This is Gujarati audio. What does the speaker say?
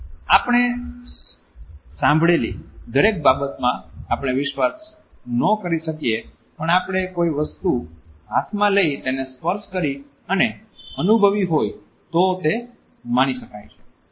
આપણે સાંભળેલી દરેક બાબતમાં આપણે વિશ્વાસ ન કરી શકીએ પણ આપણે કોઈ વસ્તુ હાથમાં લઈ તેને સ્પર્શ કરી અને અનુભવી હોય તો તે માની શકાય છે